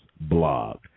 blog